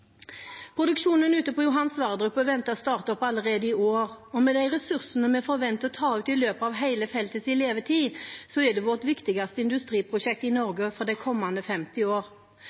Produksjonen ute på Johan Sverdrup-feltet er ventet å starte opp allerede i år, og med de ressursene vi forventer å ta ut i løpet av hele feltets levetid, er det vårt viktigste industriprosjekt i Norge de kommende 50